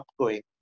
upgoing